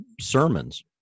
sermons